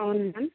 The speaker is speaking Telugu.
అవును మ్యామ్